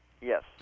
Yes